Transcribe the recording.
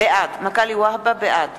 בעד